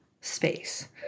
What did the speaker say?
space